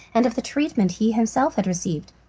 and of the treatment he himself had received.